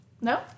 No